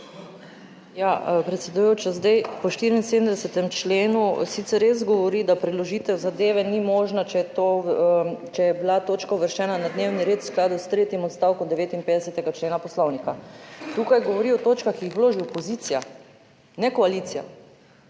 Ja, predsedujoča, zdaj, po 74. členu sicer res govori, da preložitev zadeve ni možna, če je to, če je bila točka uvrščena na dnevni red v skladu s tretjim odstavkom 59. člena Poslovnika. 16. TRAK: (NB) - 14.05 (Nadaljevanje) Tukaj govori o točkah, ki jih vloži opozicija, ne koalicija.